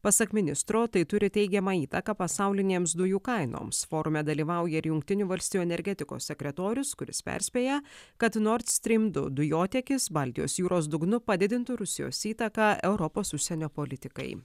pasak ministro tai turi teigiamą įtaką pasaulinėms dujų kainoms forume dalyvauja ir jungtinių valstijų energetikos sekretorius kuris perspėja kad nord strym du dujotiekis baltijos jūros dugnu padidintų rusijos įtaką europos užsienio politikai